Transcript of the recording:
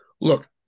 Look